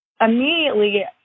Immediately